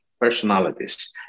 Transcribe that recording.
personalities